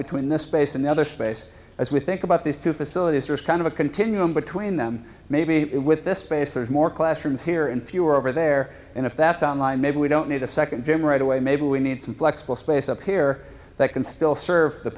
between this space and the other space as we think about these two facilities or is kind of a continuum between them maybe with this space there's more classrooms here and fewer over there and if that's on line maybe we don't need a second gym right away maybe we need some flexible space up here that can still serve the